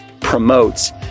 promotes